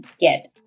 get